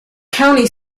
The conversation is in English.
county